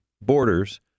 borders